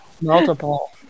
multiple